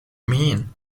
mean